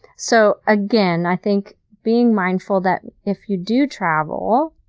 so again, i think being mindful that if you do travel,